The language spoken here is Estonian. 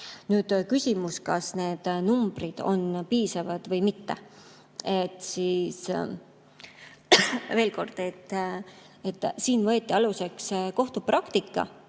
Nüüd küsimus, kas need numbrid on piisavad või mitte. Veel kord: siin võeti aluseks kohtupraktika.